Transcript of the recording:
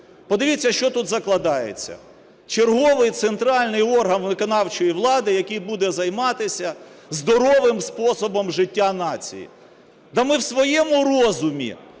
Подивіться, що тут закладається: черговий центральний орган виконавчої влади, який буде займатися здоровим способом життя нації.